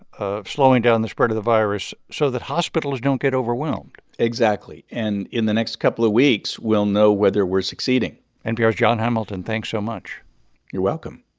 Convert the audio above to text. ah slowing down the spread of the virus so that hospitals don't get overwhelmed exactly. and in the next couple of weeks, we'll know whether we're succeeding npr's jon hamilton, thanks so much you're welcome